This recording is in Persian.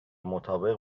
مطابق